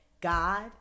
God